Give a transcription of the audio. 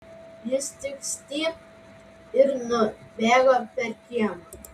jis tik stypt ir nubėgo per kiemą